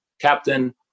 captain